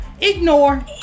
Ignore